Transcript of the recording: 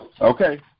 Okay